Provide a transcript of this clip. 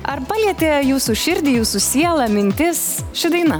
ar palietė jūsų širdį jūsų sielą mintis ši daina